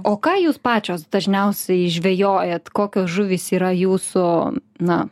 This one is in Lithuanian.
o ką jūs pačios dažniausiai žvejojat kokios žuvys yra jūsų na